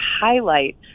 highlight